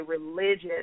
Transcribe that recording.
religious